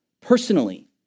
personally